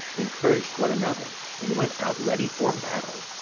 encouraged one another, and went out ready for battle.